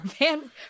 man